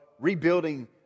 rebuilding